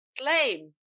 claim